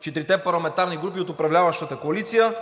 четирите парламентарни групи от управляващата коалиция.